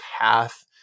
path